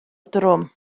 drwm